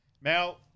Mel